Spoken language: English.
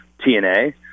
TNA